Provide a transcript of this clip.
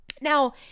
Now